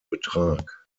betrag